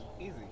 Easy